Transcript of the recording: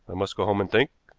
i must go home and think.